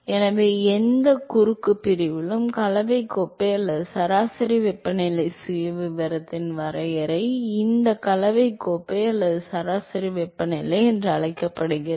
எனவே எந்த குறுக்கு பிரிவிலும் கலவை கோப்பை அல்லது சராசரி வெப்பநிலை சுயவிவரத்தின் வரையறை இது கலவை கோப்பை அல்லது சராசரி வெப்பநிலை என்று அழைக்கப்படுகிறது